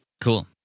Cool